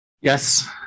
yes